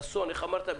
איך אמרת?